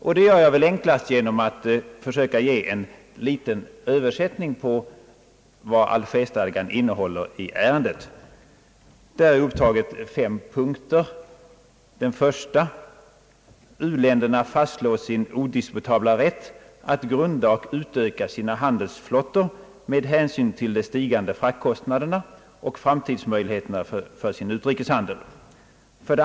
Jag gör det enklast genom att försöka ge en liten översikt över vad Alger 1. U-länderna fastslår sin odisputabla rätt att grunda och utöka sina handelsflottor med hänsyn till de stigande fraktkostnaderna och framtidsmöjligheterna för sin utrikeshandel. 2.